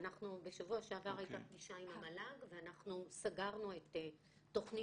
בשבוע שעבר הייתה פגישה עם המל"ג ואנחנו סגרנו את תוכנית